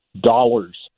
dollars